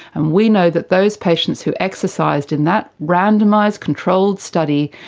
and we know that those patients who exercised in that randomised controlled study,